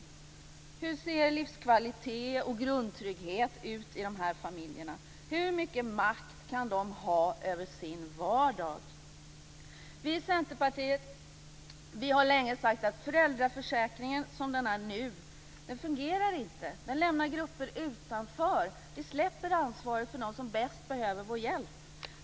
Hur ser livskvalitet och grundtrygghet ut i de här familjerna? Hur mycket makt kan de ha över sin vardag? Vi i Centerpartiet har länge sagt att föräldraförsäkringen, som den är nu, inte fungerar. Den lämnar grupper utanför, och den släpper ansvaret för dem som bäst behöver vår hjälp.